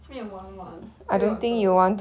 还没有玩完就要走了